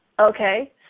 Okay